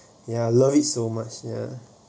ya I love it so much ya